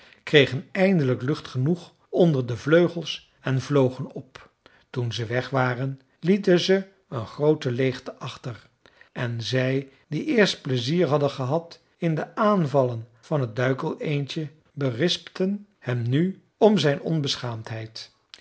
kregen eindelijk lucht genoeg onder de vleugels en vlogen op toen ze weg waren lieten ze een groote leegte achter en zij die eerst pleizier hadden gehad in de aanvallen van het duikeleendje berispten hem nu om zijn onbeschaamdheid